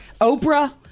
Oprah